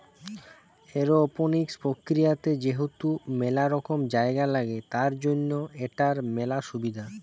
aeroponics প্রক্রিয়াতে যেহেতু মেলা কম জায়গা লাগে, তার জন্য এটার মেলা সুবিধা